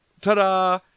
ta-da